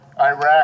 Iraq